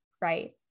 right